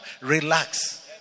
relax